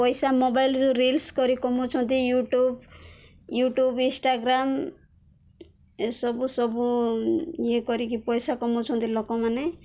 ପଇସା ମୋବାଇଲରୁ ରିଲ୍ସ କରି କମୋଉଛନ୍ତି ୟୁଟ୍ୟୁବ ୟୁଟ୍ୟୁବ ଇଷ୍ଟାଗ୍ରାମ ଏସବୁ ସବୁ ଇଏ କରିକି ପଇସା କମଉଛନ୍ତି ଲୋକମାନେ